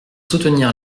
soutenir